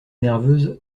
nerveuse